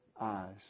eyes